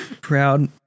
proud